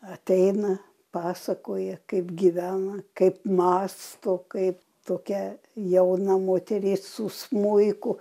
ateina pasakoja kaip gyvena kaip mąsto kaip tokia jauna moteris su smuiku